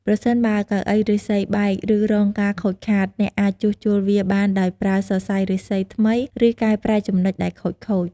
ប្រសិនបើកៅអីឫស្សីបែក ឬរងការខូចខាត អ្នកអាចជួសជុលវាបានដោយប្រើសរសៃឫស្សីថ្មីឬកែប្រែចំណុចដែលខូចៗ។